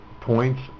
points